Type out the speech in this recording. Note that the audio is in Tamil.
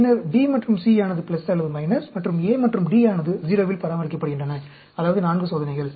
பின்னர் B மற்றும் C ஆனது அல்லது மற்றும் A மற்றும் D ஆனது 0 இல் பராமரிக்கப்படுகின்றன அதாவது 4 சோதனைகள்